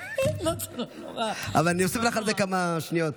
אבל אני אוסיף לך על זה כמה שניות.